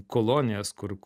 kolonijas kur